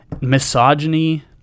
misogyny